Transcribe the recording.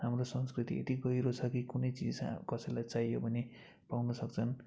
हाम्रो संस्कृति यति गहिरो छ कि कुनै चिज कसैलाई चाहियो भने पाउन सक्छन्